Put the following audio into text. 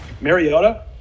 Mariota